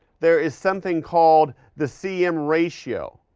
there is something called the cm ratio.